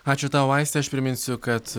ačiū tau aiste aš priminsiu kad